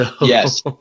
Yes